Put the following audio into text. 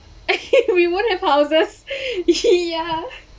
we won't have houses ya